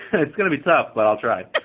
it's going to be tough, but i'll try.